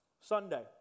Sunday